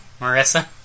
Marissa